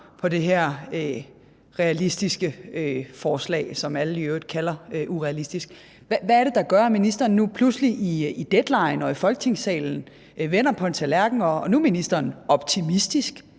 på det her realistiske forslag, som alle i øvrigt kalder urealistisk. Hvad er det, der gør, at ministeren pludselig i Deadline og i Folketingssalen vender på en tallerken og nu er optimistisk?